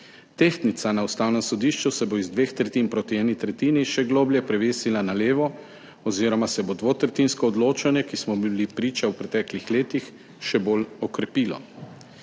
Tehtnica na ustavnem sodišču se bo iz dveh tretjin proti eni tretjini še globlje prevesila na levo oziroma se bo dvotretjinsko odločanje, ki smo mu bili priča v preteklih letih, še bolj okrepilo.